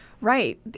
Right